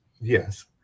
Yes